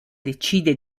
decide